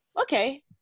okay